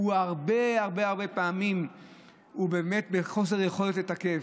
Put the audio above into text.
הרבה הרבה הרבה פעמים הוא באמת חוסר יכולת לתקף.